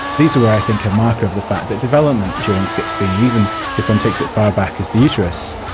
these were, i think, a marker of the fact that development during schizophrenia, even if one takes it far back as the uterus,